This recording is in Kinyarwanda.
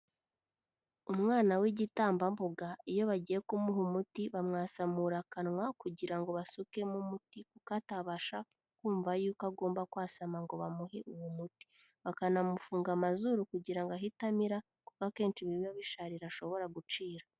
Umwana w'igitambambuga iyo bagiye kumuha umuti bamwasamura akanwa kugira ngo basukemo umuti kuko atabasha kumva yuko agomba kwasama ngo bamuhe uwo muti, bakanamufunga amazuru kugira ngo ahite amira kuko akenshi biba bisharira ashobora gucira.